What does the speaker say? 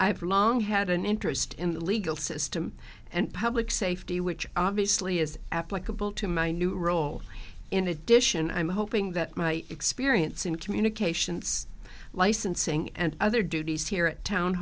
i've long had an interest in the legal system and public safety which obviously is applicable to my new role in addition i'm hoping that my experience in communications licensing and other duties here at town